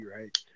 right